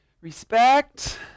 Respect